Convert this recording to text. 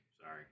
Sorry